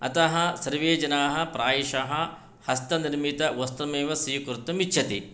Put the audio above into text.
अतः सर्वे जनाः प्रायशः हस्तनिर्मितवस्त्रमेव स्वीकर्तुम् इच्छति